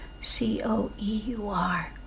C-O-E-U-R